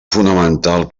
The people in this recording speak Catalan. fonamental